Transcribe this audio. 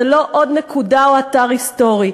זה לא עוד נקודה או אתר היסטורי,